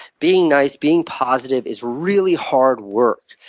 being nice, being positive is really hard work.